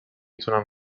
تونم